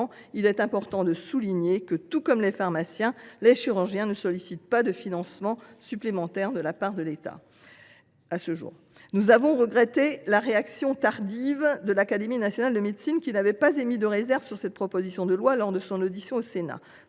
il est important de souligner que, tout comme les pharmaciens, les chirurgiens ne sollicitent pas, à ce jour, de crédits supplémentaires de la part de l’État. Nous avons regretté la réaction tardive de l’Académie nationale de médecine, qui n’avait pas émis de réserve sur cette proposition de loi lors de son audition au Sénat.